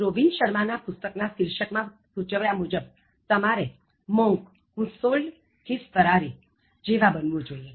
Robin Sharma ના પુસ્તક ના શીર્ષક માં સૂચવ્યા મુજબ તમારે "Monk who sold his Ferrari" જેવા બનવું જોઇએ